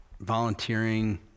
volunteering